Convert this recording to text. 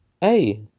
hey